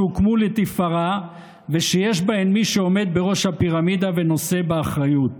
שהוקמו לתפארה ושיש בהן מי שעומד בראש הפירמידה ונושא באחריות.